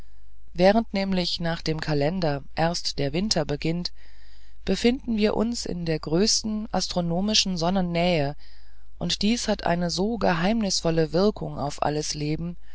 während nämlich nach dem kalender erst der winter beginnt befinden wir uns in der größten astronomischen sonnennähe und dies hat eine so geheimnisvolle wirkung auf alles leben